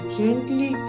gently